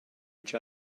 each